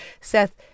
Seth